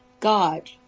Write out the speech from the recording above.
God